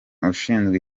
ushinzwe